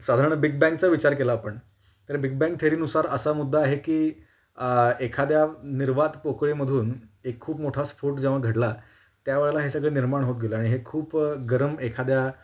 साधारण बिग बँगचा विचार केला आपण तर बिग बँग थेरीनुसार असा मुद्दा आहे की एखाद्या निर्वात पोकळीमधून एक खूप मोठा स्फोट जेव्हा घडला त्यावेळेला हे सगळे निर्माण होत गेलं आणि हे खूप गरम एखाद्या